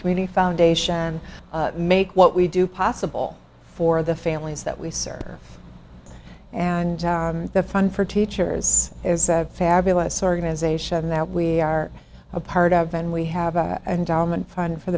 community foundation make what we do possible for the families that we serve and the fund for teachers is a fabulous organization that we are a part of and we have a